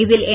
இதில் என்